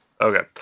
Okay